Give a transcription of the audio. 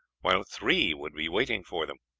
while three would be waiting for them.